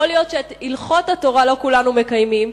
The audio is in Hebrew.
יכול להיות שאת הלכות התורה לא כולנו מקיימים,